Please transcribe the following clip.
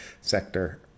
sector